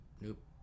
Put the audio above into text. nope